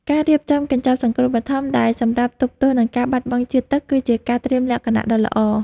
ការរៀបចំកញ្ចប់សង្គ្រោះបឋមដែលសម្រាប់ទប់ទល់នឹងការបាត់បង់ជាតិទឹកគឺជាការត្រៀមលក្ខណៈដ៏ល្អ។